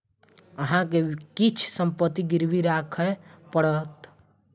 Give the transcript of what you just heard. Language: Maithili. अहाँ के किछ संपत्ति गिरवी राखय पड़त